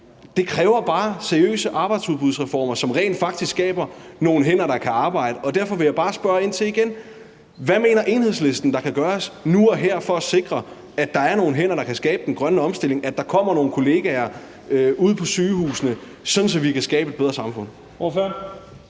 Det kræver bare seriøse arbejdsudbudsreformer, som rent faktisk skaber nogle hænder, der kan arbejde. Derfor vil jeg bare spørge ind til igen: Hvad mener Enhedslisten der kan gøres nu og her for at sikre, at der er nogle hænder, der kan skabe den grønne omstilling, og at der kommer nogle kollegaer ude på sygehusene, sådan at vi kan skabe et bedre samfund?